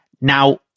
Now